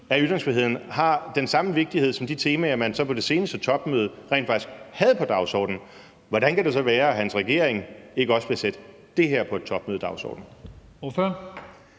har den samme vigtighed som de temaer, man så på det seneste topmøde rent faktisk havde på dagsordenen, hvordan kan det så være, at hans regering ikke også vil sætte det her på en topmødedagsorden?